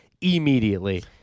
immediately